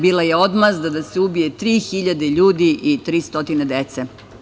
Bila je odmazda da se ubije 3.000 ljudi i 300 dece.